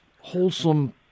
wholesome